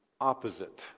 opposite